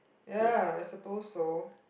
ya I suppose so